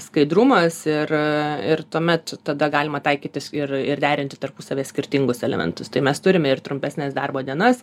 skaidrumas ir ir tuomet tada galima taikytis ir ir derinti tarpusavyje skirtingus elementus tai mes turime ir trumpesnes darbo dienas